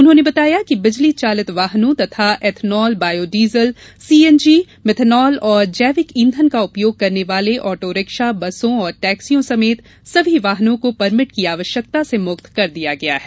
उन्होंने बताया कि बिजली चालित वाहनों तथा एथनॉल बायोडीजल सीएनजी मिथेनॉल और जैविक ईंधन का उपयोग करने वाले ऑटो रिक्शा बसों और टैक्सियों समेत सभी वाहनों को परमिट की आवश्यकता से मुक्त कर दिया गया है